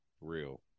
Real